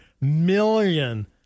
million